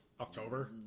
october